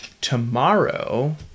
tomorrow